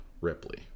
Ripley